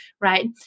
right